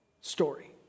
story